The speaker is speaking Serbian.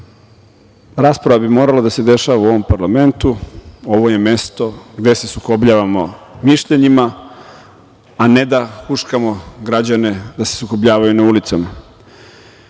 boljim. Rasprava bi morala da se dešava u ovom parlamentu, ovo je mesto gde se sukobljavamo mišljenjima, a ne da huškamo građane da se sukobljavaju na ulicama.